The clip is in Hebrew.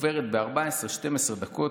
עוברת ב-14-12 דקות,